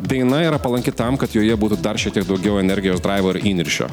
daina yra palanki tam kad joje būtų dar šiek tiek daugiau energijos draivo ir įniršio